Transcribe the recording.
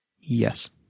Yes